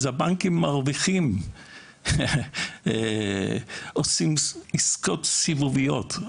אז הבנקים מרוויחים ועושים עסקות סיבוביות.